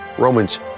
Romans